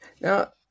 Now